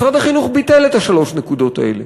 משרד החינוך ביטל את שלוש הנקודות האלה.